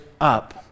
up